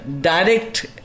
direct